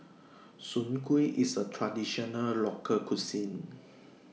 Soon Kway IS A Traditional Local Cuisine